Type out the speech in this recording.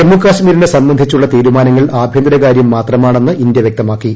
ജമ്മുകശ്മീരിനെ സംബന്ധിച്ചുള്ള തീരുമാനങ്ങൾ ആഭ്യന്തരകാര്യം മാത്രമാണെന്ന് ഇന്ത്യ വ്യക്തമാക്കി